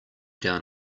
down